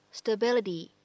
stability